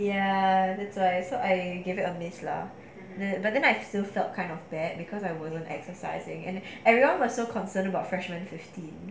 ya that's why so I give it a miss lah but then I still felt kind of bad because I wasn't exercising and everyone was so concerned about freshman fifteen